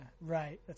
Right